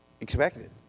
expected